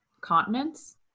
continents